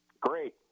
Great